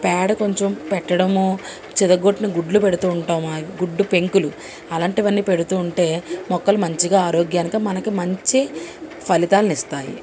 పేడ కొంచెం పెట్టడం చితగ్గొట్టిన గుడ్లు పెడుతూ ఉంటాము గుడ్డు పెంకులు అలాంటివన్నీ పెడుతూ ఉంటే మొక్కలు మంచిగా ఆరోగ్యానితో మనకు మంచి ఫలితాలను ఇస్తాయి